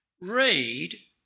Read